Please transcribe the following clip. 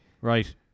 Right